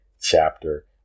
chapter